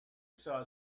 saw